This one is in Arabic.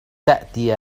تأتي